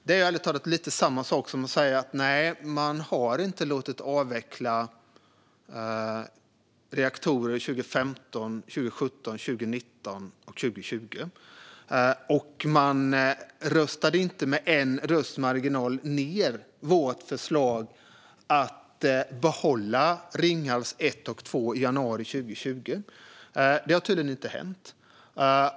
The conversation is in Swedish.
Det är ärligt talat samma sak som att säga att man inte lät avveckla reaktorer 2015, 2017, 2019 och 2020 och att man inte med en rösts marginal röstade ned vårt förslag att behålla Ringhals 1 och 2 i januari 2020. Detta har tydligen inte hänt.